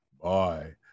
Bye